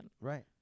Right